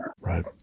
Right